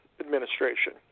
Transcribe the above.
administration